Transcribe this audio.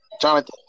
Jonathan